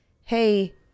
hey